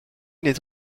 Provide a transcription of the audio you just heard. les